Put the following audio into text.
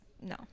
no